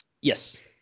Yes